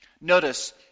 Notice